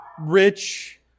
rich